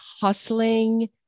hustling